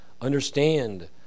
understand